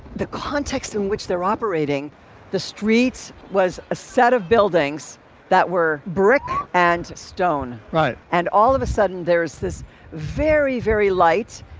the context in which they're operating the streets was a set of buildings that were brick and stone. right. and all of a sudden, there's this very, very light,